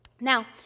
Now